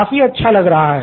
काफी अच्छा लग रहा है